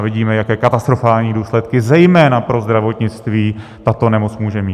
A vidíme, jaké katastrofální důsledky zejména pro zdravotnictví tato nemoc může mít.